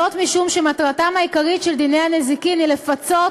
זאת משום שמטרתם העיקרית של דיני הנזיקין היא לפצות